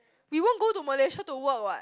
we won't go to Malaysia to work what